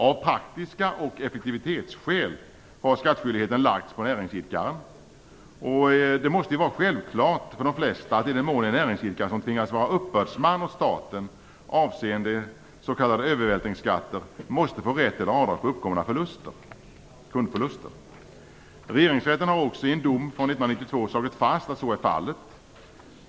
Av praktiska skäl och av effektivitetsskäl har skattskyldigheten lagts på näringsidkaren. Det måste ju vara självklart för de flesta att i den mån en näringsidkare tvingas vara uppbördsman åt staten avseende s.k. övervältringsskatter måste han få rätt till avdrag för uppkomna kundförluster. Regeringsrätten har också i en dom från 1992 slagit fast att så är fallet.